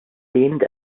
deemed